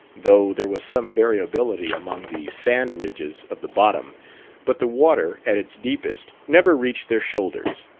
though there was some variability among the sand ridges of the bottom but the water, at its deepest, never reached their shoulders.